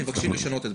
מבקשים לשנות אותה.